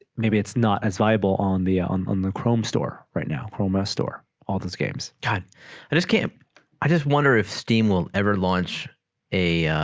maybe it's not as viable on the on on the chrome store right now chrome a store all this games can i just can't i just wonder if steam will ever launched a